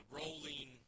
rolling